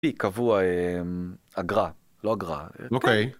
פי קבוע, אגרע, לא אגרע. אוקיי.